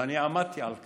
ואני עמדתי על כך.